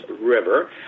River